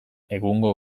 egungo